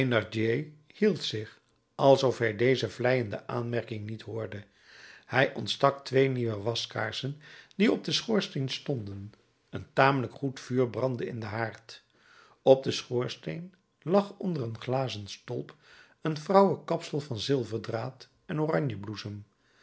hield zich alsof hij deze vleiende aanmerking niet hoorde hij ontstak twee nieuwe waskaarsen die op den schoorsteen stonden een tamelijk goed vuur brandde in den haard op den schoorsteen lag onder een glazen stolp een vrouwenkapsel van zilverdraad en oranjebloesem